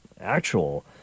actual